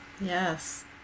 Yes